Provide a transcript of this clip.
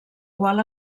qual